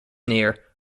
near